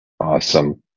Awesome